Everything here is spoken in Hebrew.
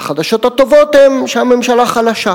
והחדשות הטובות הן שהממשלה חלשה,